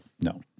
no